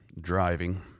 Driving